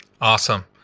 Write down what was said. Awesome